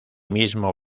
mismo